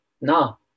no